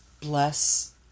bless